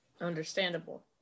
Understandable